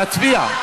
תצביע.